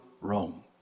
Rome